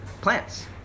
plants